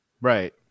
right